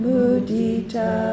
Mudita